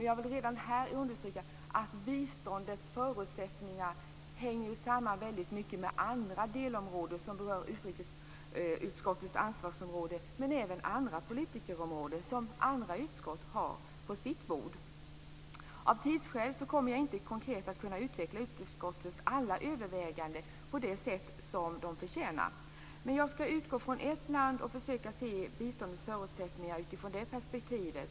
Jag vill redan här understryka att biståndets förutsättningar väldigt mycket hänger samman med andra delområden som berör utrikesutskottets ansvarsområde och även andra politikområden som andra utskott har på sitt bord. Av tidsskäl kan jag inte konkret utveckla utskottets alla överväganden på det sätt som dessa förtjänar, utan jag utgår från ett land och försöker se biståndets förutsättningar från det perspektivet.